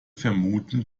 vermuten